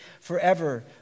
forever